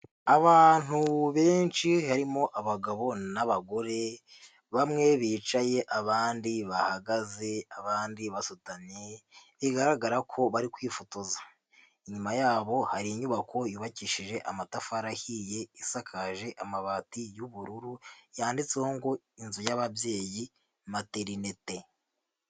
Abantu benshi harimo abagabo n'abagore, bamwe bicaye abandi bahagaze, abandi basutamye bigaragara ko bari kwifotoza, inyuma yabo hari inyubako yubakishije amatafari ahiye isakaje amabati y'ubururu yanditseho ngo inzu y'ababyeyi materinete.